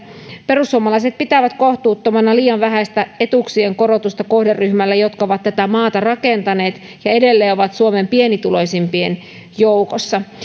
perussuomalaiset pitävät kohtuuttomana liian vähäistä etuuksien korotusta kohderyhmälle joka on tätä maata rakentanut ja edelleen on suomen pienituloisimpien joukossa